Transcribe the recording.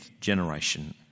generation